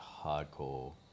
hardcore